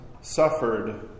suffered